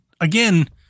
again